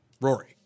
Rory